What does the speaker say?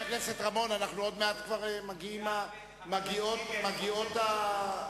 חבר הכנסת רמון, עוד מעט כבר מגיעות הטיוטות,